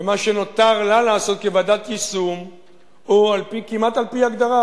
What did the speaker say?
ומה שנותר לה לעשות כוועדת יישום הוא כמעט על-פי הגדרה,